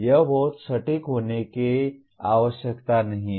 यह बहुत सटीक होने की आवश्यकता नहीं है